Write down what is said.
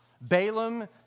Balaam